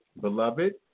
beloved